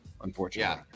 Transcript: unfortunately